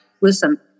listen